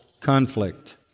conflict